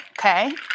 Okay